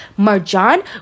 marjan